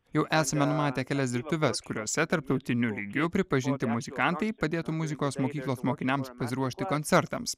jau esame numatę kelias dirbtuves kuriose tarptautiniu lygiu pripažinti muzikantai padėtų muzikos mokyklos mokiniams pasiruošti koncertams